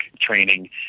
training